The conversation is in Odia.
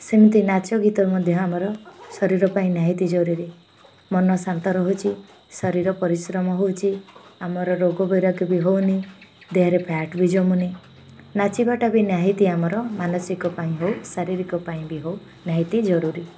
ସେମିତି ନାଚ ଗୀତ ମଧ୍ୟ ଆମର ଶରୀର ପାଇଁ ନିହାତି ଜରୁରୀ ମନ ଶାନ୍ତ ରହୁଛି ଶରୀର ପରିଶ୍ରମ ହେଉଛି ଆମର ରୋଗ ବୈରୋଗ ବି ହଉନି ଦେହରେ ଫ୍ୟାଟ୍ ବି ଜମୁନି ନାଚିବାଟା ବି ନିହାତି ଆମର ମାନସିକ ପାଇଁ ହଉ ଶାରୀରିକ ପାଇଁ ବି ହଉ ନିହାତି ଜରୁରୀ